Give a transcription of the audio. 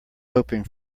hoping